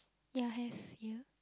ya have ya